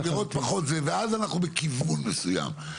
ואז אנחנו בכיוון מסוים.